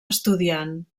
estudiant